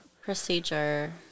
procedure